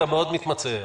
אתה מתמצא מאוד,